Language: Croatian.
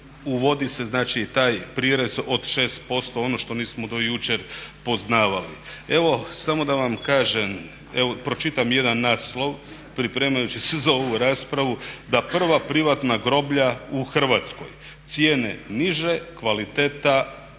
uvodi se znači taj prirez od 6%. Ono što nismo do jučer poznavali. Evo samo da vam kažem, pročitam jedan naslov pripremajući se za ovu raspravu da prva privatna groblja u Hrvatskoj cijene niže, kvaliteta viša.